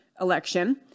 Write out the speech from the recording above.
election